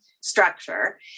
structure